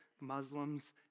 Muslims